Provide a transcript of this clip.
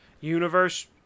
universe